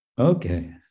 Okay